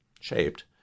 shaped